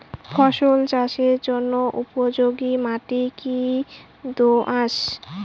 ফসল চাষের জন্য উপযোগি মাটি কী দোআঁশ?